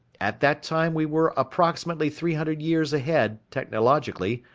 at that time we were approximately three hundred years ahead, technologically,